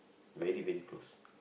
really really close